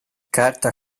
carta